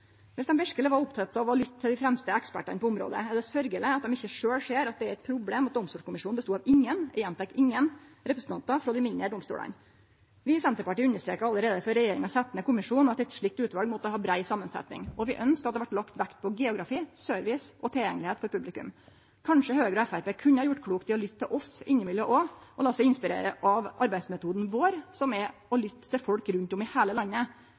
Viss dei verkeleg var opptekne av å lytte til dei fremste ekspertane på området, er det sørgjeleg at dei ikkje sjølve ser at det er eit problem at Domstolkommisjonen bestod av ingen – eg gjentek: ingen – representantar frå dei mindre domstolane. Vi i Senterpartiet understreka allereie før regjeringa sette ned kommisjonen, at eit slikt utval måtte ha brei samansetning, og at vi ønskte at det vart lagt vekt på geografi, service og tilgjengelegheit for publikum. Kanskje Høgre og Framstegspartiet òg kunne gjort klokt i å lytte til oss innimellom og la seg inspirere av arbeidsmetoden vår, som er å lytte til folk rundt om i heile landet.